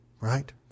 right